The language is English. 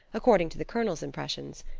according to the colonel's impressions.